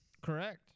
correct